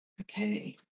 Okay